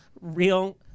real